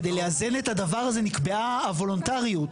כדי לאזן את הדבר הזה, נקבעה הוולונטריות.